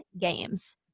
games